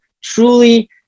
truly